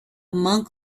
monk